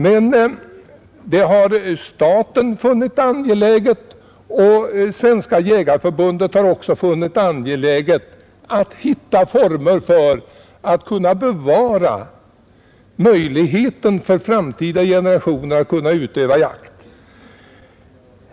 Både staten och Svenska jägareförbundet har funnit det angeläget att hitta former för att bevara möjligheten för framtida generationer att utöva jakt.